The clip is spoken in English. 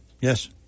yes